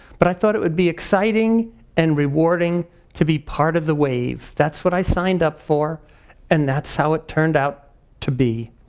but i thought it would exciting and rewarding to be part of the wave. that's what i signed up for and that's how it turned out to be.